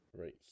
Right